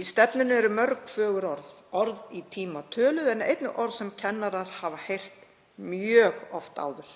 Í stefnunni eru mörg fögur orð, orð í tíma töluð, en einnig orð sem kennarar hafa heyrt mjög oft áður.